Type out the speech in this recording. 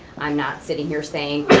i'm not sitting here saying,